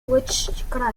witchcraft